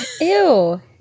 Ew